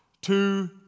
two